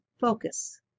focus